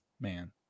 man